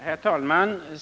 Herr talman!